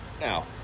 Now